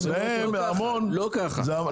לא ככה.